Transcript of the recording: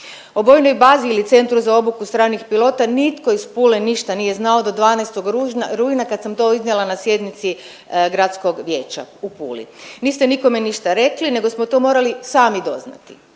O vojnoj bazi ili Centru za obuku stranih pilota nitko iz Pule ništa nije znao do 12. rujna kad sam to iznijela na sjednici gradskog vijeća u Puli, niste nikome ništa rekli nego smo to morali sami doznati.